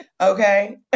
Okay